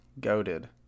goaded